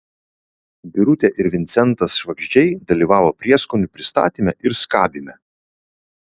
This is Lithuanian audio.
birutė ir vincentas švagždžiai dalyvavo prieskonių pristatyme ir skabyme